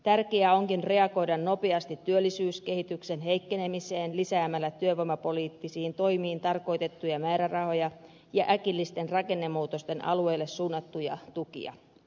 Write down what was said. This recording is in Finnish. tärkeää onkin reagoida nopeasti työllisyyskehityksen heikkenemiseen lisäämällä työvoimapoliittisiin toimiin tarkoitettuja määrärahoja ja äkillisten rakennemuutosten alueille suunnattuja tukia